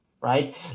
Right